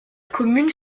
commune